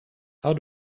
how